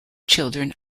children